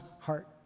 heart